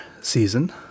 season